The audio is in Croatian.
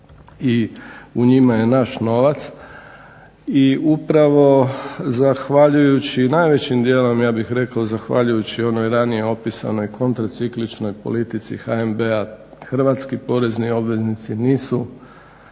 i u njima je naš novac i upravo zahvaljujući najvećim dijelom ja bih rekao zahvaljujući onoj ranije opisanoj kontracikličnoj politici HNB-a hrvatski porezni obveznici nisu